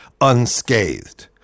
unscathed